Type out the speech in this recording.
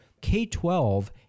K-12